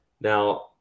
Now